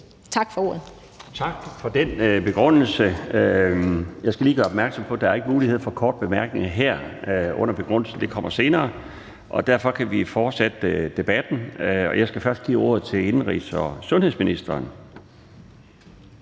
Tak for ordet.